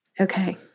Okay